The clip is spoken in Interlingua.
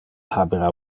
habera